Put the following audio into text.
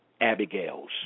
Abigails